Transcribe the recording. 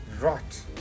Right